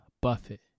Buffett